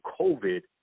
COVID